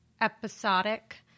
episodic